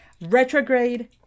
retrograde